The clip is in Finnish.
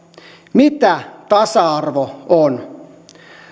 mitä tasa arvo on